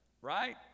Right